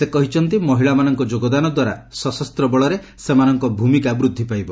ସେ କହିଛନ୍ତି ମହିଳାମାନଙ୍କ ଯୋଗଦାନ ଦ୍ୱାରା ସଶସ୍ତ ବଳରେ ସେମାନଙ୍କ ଭୂମିକା ବୃଦ୍ଧି ପାଇବ